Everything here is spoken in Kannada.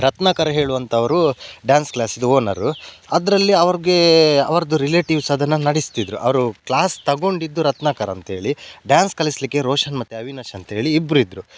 ರತ್ನಾಕರ್ ಹೇಳುವಂಥವರು ಡ್ಯಾನ್ಸ್ ಕ್ಲಾಸ್ದು ಓನರು ಅದರಲ್ಲಿ ಅವ್ರಿಗೆ ಅವರದ್ದು ರಿಲೇಟಿವ್ಸ್ ಅದನ್ನು ನಡೆಸ್ತಿದ್ದರು ಅವರು ಕ್ಲಾಸ್ ತೊಗೊಂಡಿದ್ದು ರತ್ನಾಕರ್ ಅಂತೇಳಿ ಡ್ಯಾನ್ಸ್ ಕಲಿಸಲಿಕ್ಕೆ ರೋಷನ್ ಮತ್ತು ಅವಿನಾಶ್ ಅಂತೇಳಿ ಇಬ್ರು ಇದ್ದರು